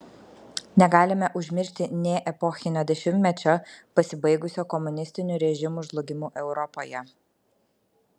negalime užmiršti nė epochinio dešimtmečio pasibaigusio komunistinių režimų žlugimu europoje